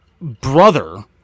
brother